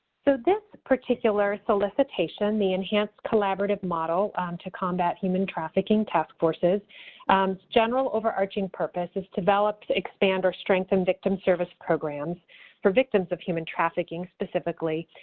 so this particular solicitation, the enhanced collaborative model to combat human trafficking task forces, its general overarching purpose is to develop, to expand, or strengthen victim service programs for victims of human trafficking specifically.